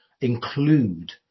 include